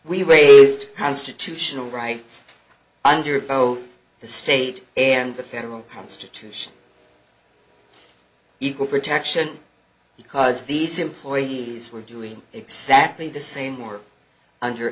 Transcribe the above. we raised constitutional rights under both the state and the federal constitution equal protection because these employees were doing exactly the same or under